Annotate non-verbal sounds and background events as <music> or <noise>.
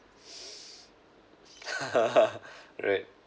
<laughs> right